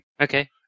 Okay